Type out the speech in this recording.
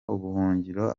ubuhungiro